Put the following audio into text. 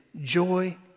joy